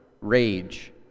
rage